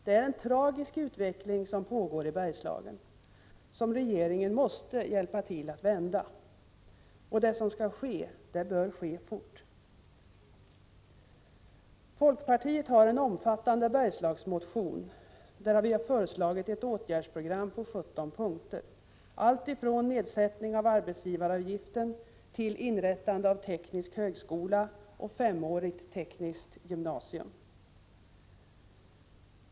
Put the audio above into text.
Det är en tragisk utveckling som pågår i Bergslagen, och som regeringen måste hjälpa till att vända. Och det som skall ske bör ske fort! Folkpartiet har i en omfattande Bergslagsmotion föreslagit ett åtgärdsprogram på 17 punkter, alltifrån nedsättning av arbetsgivaravgiften till inrättande av teknisk högskola och femårigt tekniskt gymnasium.